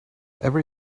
every